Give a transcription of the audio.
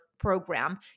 program